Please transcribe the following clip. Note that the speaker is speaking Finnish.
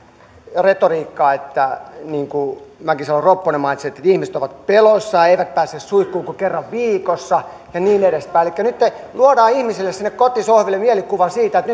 retoriikkaa niin kuin mäkisalo ropponen mainitsi että ihmiset ovat peloissaan eivät pääse suihkuun kuin kerran viikossa ja niin edespäin elikkä nytten luodaan ihmisille sinne kotisohville mielikuva siitä että